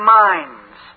minds